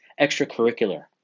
extracurricular